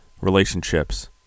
relationships